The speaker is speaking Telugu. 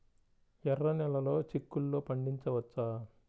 ఎర్ర నెలలో చిక్కుల్లో పండించవచ్చా?